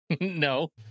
no